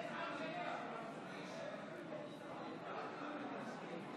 התשפ"ב 2021, עוברת להמשך דיון בוועדת החינוך,